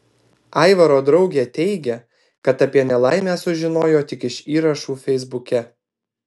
aivaro draugė teigia kad apie nelaimę sužinojo tik iš įrašų feisbuke